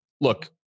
look